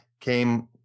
came